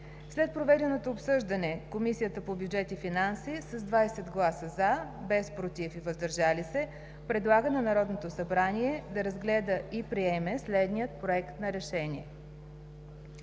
След проведеното обсъждане Комисията по бюджет и финанси с 20 гласа „за“, без „против“ и „въздържал се“ предлага на Народното събрание да разгледа и приеме следния: „Проект! РЕШЕНИЕ